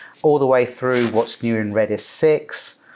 all the way through what's new in redis six.